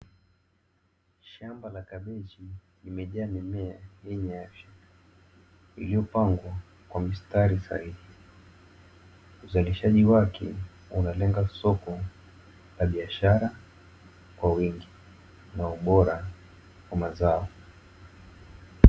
Shamba la kabeji limejaa mimea yenye afya iliyopangwa kwa mistari sahihi. Uzalishaji wake unalenga soko la biashara kwa wingi na ubora wa mazao.